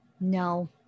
No